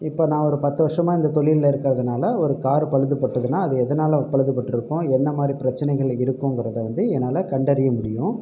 இப்போ நான் ஒரு பத்து வருஷமாக இந்த தொழிலில் இருக்கிறதுனால ஒரு காரு பழுதுபட்டுதுன்னா அது எதனால பழுதுபட்டிருக்கும் என்ன மாதிரி பிரச்சனைகள் இருக்குங்கிறதை வந்து என்னால் கண்டறிய முடியும்